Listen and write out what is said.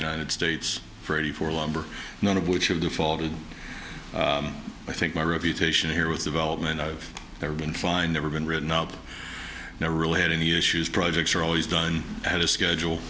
united states for eighty four lumber none of which have defaulted i think my review taishan here with development i've ever been fine never been written up never really had any issues projects are always done ahead of schedule